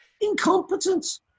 Incompetent